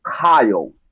Kyle